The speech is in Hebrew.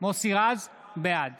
בעד